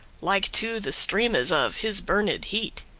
like to the streames of his burned heat.